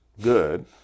good